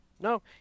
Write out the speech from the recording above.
No